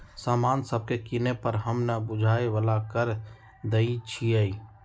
समान सभके किने पर हम न बूझाय बला कर देँई छियइ